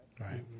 right